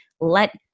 let